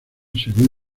según